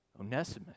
Onesimus